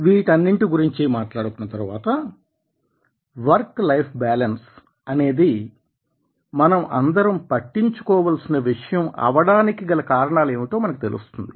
వీటన్నింటి గురించి మాట్లాడుకున్న తరువాత వర్క్ లైఫ్ బ్యాలెన్స్ అనేది మనం అందరం పట్టించుకోవలసిన విషయం అవడానికి గల కారణాలు ఏమిటో మనకి తెలుస్తుంది